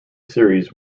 series